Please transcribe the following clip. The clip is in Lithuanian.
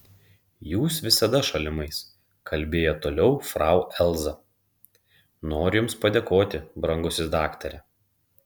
jūs visada šalimais kalbėjo toliau frau elza noriu jums padėkoti brangusis daktare